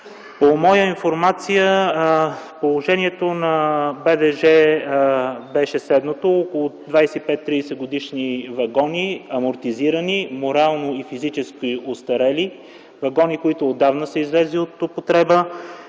по моя информация положението на БДЖ беше следното: около 25-30-годишни вагони, амортизирани, морално и физически остарели, вагони, които отдавна са излезли от употреба,